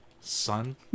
son